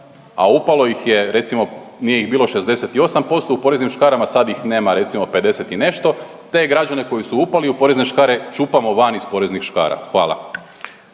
a upalo ih je recimo nije ih bilo 68% u poreznim škarama sad ih nema recimo 50 i nešto, te građane koji su upali u porezne škare čupamo van iz poreznih škara. Hvala.